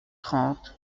trente